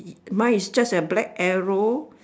mine is just a black arrow